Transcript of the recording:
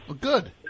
Good